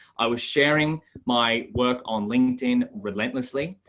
i was sharing my work on linkedin relentlessly.